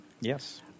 Yes